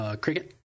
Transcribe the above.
cricket